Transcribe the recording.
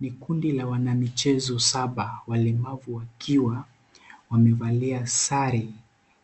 Ni kundi la wanamichezo saba walemavu wakiwa wamevalia sare